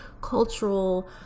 cultural